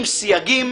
עם סייגים